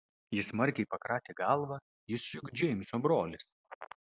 ji smarkiai pakratė galvą jis juk džeimso brolis